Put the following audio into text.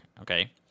okay